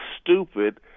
stupid